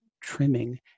trimming